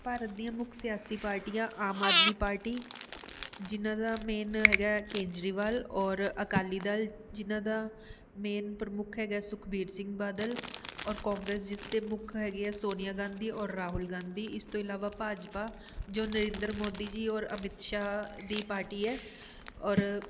ਭਾਰਤ ਦੀਆਂ ਮੁੱਖ ਸਿਆਸੀ ਪਾਰਟੀਆਂ ਆਮ ਆਦਮੀ ਪਾਰਟੀ ਜਿਨ੍ਹਾਂ ਦਾ ਮੇਨ ਹੈਗਾ ਕੇਜਰੀਵਾਲ ਔਰ ਅਕਾਲੀ ਦਲ ਜਿਨ੍ਹਾਂ ਦਾ ਮੇਨ ਪ੍ਰਮੁੱਖ ਹੈਗਾ ਸੁਖਬੀਰ ਸਿੰਘ ਬਾਦਲ ਔਰ ਕਾਂਗਰਸ ਜਿਸ 'ਤੇ ਮੁੱਖ ਹੈਗੇ ਆ ਸੋਨੀਆ ਗਾਂਧੀ ਔਰ ਰਾਹੁਲ ਗਾਂਧੀ ਇਸ ਤੋਂ ਇਲਾਵਾ ਭਾਜਪਾ ਜੋ ਨਰਿੰਦਰ ਮੋਦੀ ਜੀ ਔਰ ਅਮਿਤ ਸ਼ਾਹ ਦੀ ਪਾਰਟੀ ਹੈ ਔਰ